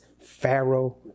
Pharaoh